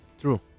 True